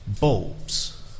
bulbs